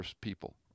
people